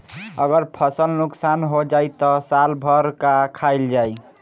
अगर फसल नुकसान हो जाई त साल भर का खाईल जाई